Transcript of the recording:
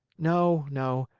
no, no.